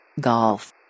golf